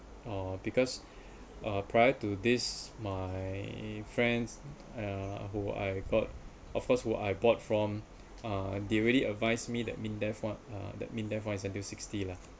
uh because uh prior to this my friends uh who I bought of course who I bought from uh they already advised me that MINDEF [one] uh that MINDEF [one] is until sixty lah